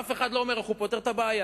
אף אחד לא אומר איך הוא פותר את הבעיה.